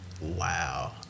Wow